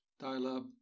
dial-up